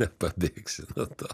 nepabėgsi nuo to